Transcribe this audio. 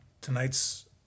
tonight's